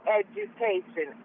education